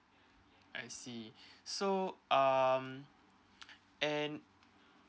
I see so um and